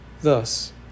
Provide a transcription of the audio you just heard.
Thus